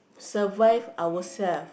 survive ourselves